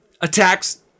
attacks